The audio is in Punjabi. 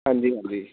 ਹਾਂਜੀ ਹਾਂਜੀ